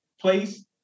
place